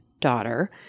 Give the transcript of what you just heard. daughter